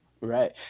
right